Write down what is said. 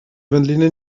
wędliny